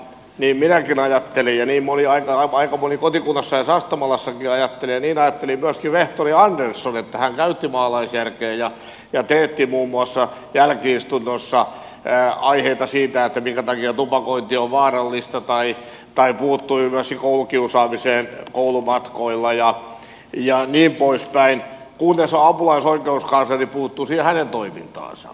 niin minäkin ajattelin ja niin aika moni kotikunnassani sastamalassakin ajatteli ja niin ajatteli myöskin rehtori andersson että hän käytti maalaisjärkeä ja teetti muun muassa jälki istunnossa aiheita siitä minkä takia tupakointi on vaarallista tai puuttui koulukiusaamiseen koulumatkoilla ja niin poispäin kunnes apulaisoikeuskansleri puuttui siihen hänen toimintaansa